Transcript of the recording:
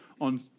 on